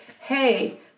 hey